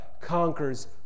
conquers